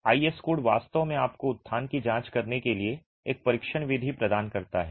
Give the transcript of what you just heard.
IS code वास्तव में आपको उत्थान की जाँच करने के लिए एक परीक्षण विधि प्रदान करता है